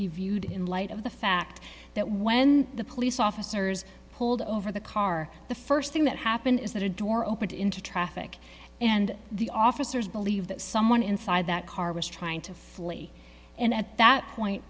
be viewed in light of the fact that when the police officers pulled over the car the st thing that happened is that a door opened into traffic and the officers believe that someone inside that car was trying to flee and at that point